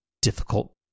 Difficult